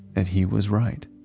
and he was right